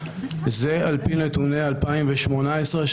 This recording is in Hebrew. וזה על-פי נתוני 2018,